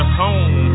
home